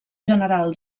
general